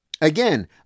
Again